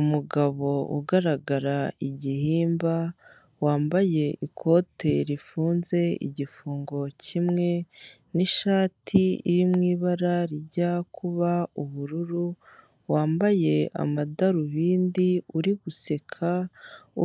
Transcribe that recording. Umugabo ugaragara igihimba wambaye ikote rifunze igifungo kimwe n'ishati iri mu ibara rijya kuba ubururu wambaye amadarubindi uri guseka